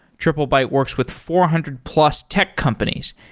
triplebyte works with four hundred plus tech companies,